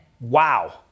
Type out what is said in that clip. Wow